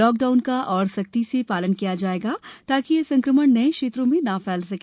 lockdown का और सख्ती से पालन किया जायेगा ताकि यह संक्रमण नये क्षेत्रों में न फैल सके